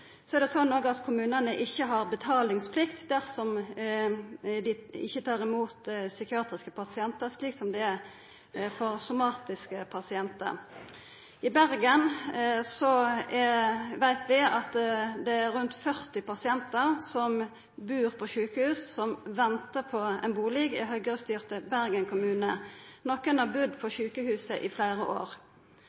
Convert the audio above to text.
Så er det òg slik at kommunane ikkje har betalingsplikt dersom dei ikkje tar imot psykiatriske pasientar, slik som dei gjer for somatiske pasientar. I Bergen veit vi at det er rundt 40 pasientar som bur på sjukehus, som ventar på ein bustad – i høgrestyrte Bergen kommune. Nokre har budd på sjukehuset i fleire år.